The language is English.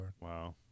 Wow